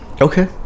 okay